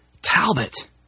Talbot